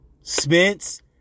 Spence